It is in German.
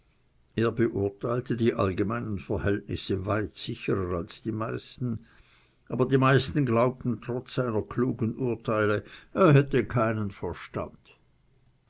er beurteilte die allgemeinen verhältnisse weit sicherer als die meisten aber die meisten glaubten trotz seiner klugen urteile er hätte keinen verstand